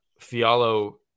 Fialo